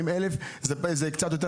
אתה צריך לדחוף את זה הכי הרבה.